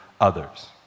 others